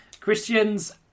Christian's